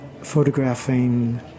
photographing